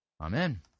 Amen